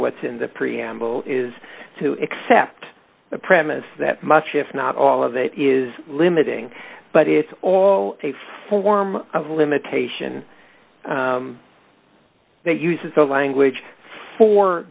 what's in the preamble is to accept the premise that much if not all of it is limiting but it's all a form of limitation it uses the language for